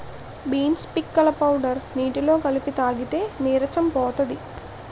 beans పిక్కల powder నీటిలో కలిపి తాగితే నీరసం పోతది